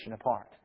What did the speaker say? apart